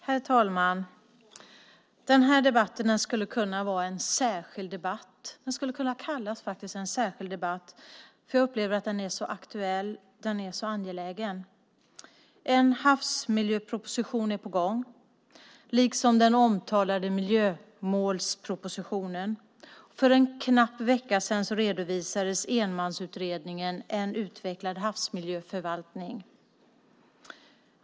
Herr talman! Den här debatten skulle kunna vara en särskild debatt. Den skulle kunna kallas särskild debatt därför att jag upplever att den är så aktuell. Den är så angelägen. En havsmiljöproposition är på gång, liksom den omtalade miljömålspropositionen. För en knapp vecka sedan redovisade enmansutredaren sitt betänkande En utvecklad havsmiljöförvaltning .